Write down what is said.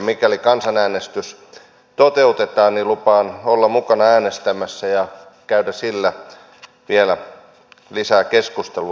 mikäli kansanäänestys toteutetaan niin lupaan olla mukana äänestämässä ja käydä sillä vielä lisää keskustelua